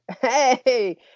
hey